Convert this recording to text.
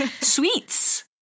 Sweets